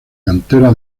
cantera